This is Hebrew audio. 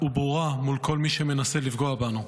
וברורה מול כל מי שמנסה לפגוע בנו.